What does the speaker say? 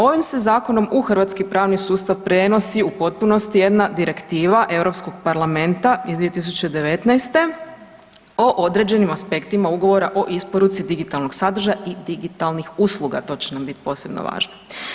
Ovim se zakonom u hrvatski pravni sustav prenosi u potpunosti jedna direktiva Europskog parlamenta iz 2019. o određenim aspektima ugovora o isporuci digitalnog sadržaja i digitalnih usluga, to će nam biti posebno važno.